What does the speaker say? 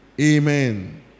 Amen